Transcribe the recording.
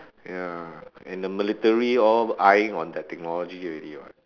ya and the military all eyeing on that technology already [what]